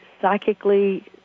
psychically